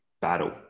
battle